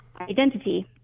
identity